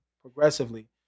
progressively